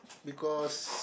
because